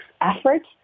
efforts